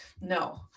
no